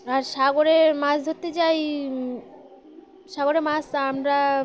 আর সাগরে মাছ ধরতে যাই সাগরে মাছ আমরা